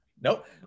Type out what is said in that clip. Nope